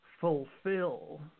fulfill